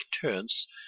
turns